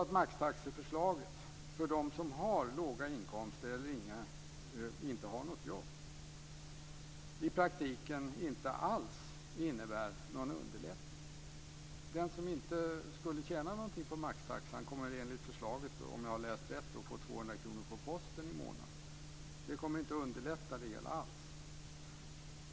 Maxtaxeförslaget för dem som har låga inkomster eller som inte har något jobb innebär i praktiken inte alls någon lättnad. Den som inte tjänar någonting på maxtaxan kommer enligt förslaget - om jag har läst rätt - att få 200 kr med posten varje månad, vilket inte alls kommer att underlätta det hela.